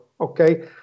okay